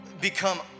become